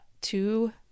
two